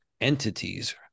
entities